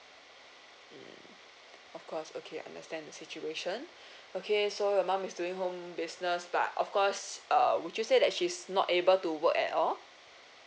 of course okay understand the situation okay so your mum is doing home business but of course uh would you say that she's not able to work at all